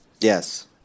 Yes